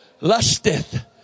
lusteth